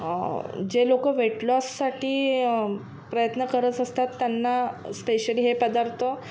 जे लोक वेटलॉससाठी प्रयत्न करत असतात त्यांना स्पेशली हे पदार्थ